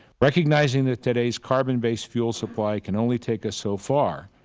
recognizing that today's carbon-based fuel supply can only take us so far,